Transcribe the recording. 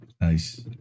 Nice